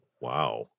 Wow